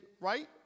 right